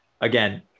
again